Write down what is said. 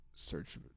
search